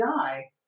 die